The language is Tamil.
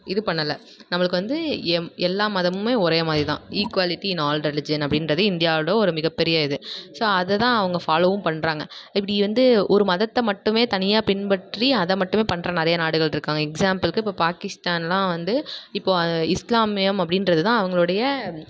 இது பண்ணலை நம்மளுக்கு வந்து எம் எல்லா மதமுமே ஒரே மாதிரி தான் ஈக்குவாலிட்டி இன் ஆல் ரிலீஜியன் அப்படின்றது இந்தியாவோடய மிக பெரிய இது ஸோ அதை தான் அவங்க ஃபாலோவும் பண்ணுறாங்க இப்படி வந்து ஒரு மதத்தை மட்டுமே தனியாக பின்பற்றி அதை மட்டுமே பண்ணுற நிறையா நாடுகள் இருக்காங்க எக்சாம்பிள்க்கு இப்போ பாகிஸ்தானெலாம் வந்து இப்போது இஸ்லாமியம் அப்படின்றது தான் அவங்களுடைய